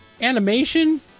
Animation